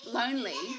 lonely